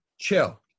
Chill